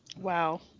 Wow